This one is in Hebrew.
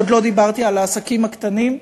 ועוד לא דיברתי על העסקים הקטנים,